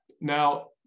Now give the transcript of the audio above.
now